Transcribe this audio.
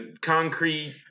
Concrete